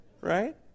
right